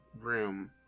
room